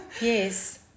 Yes